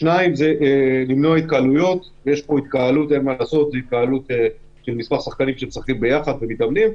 מניעת התקהלות יש פה התקהלות של מספר שחקנים שמשחקים ביחד ומתאמנים,